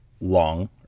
long